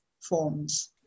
forms